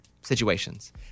situations